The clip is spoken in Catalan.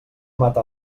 mata